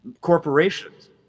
Corporations